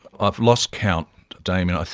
i've lost count, damien.